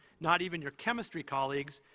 not even your chemistry colleagues,